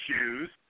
shoes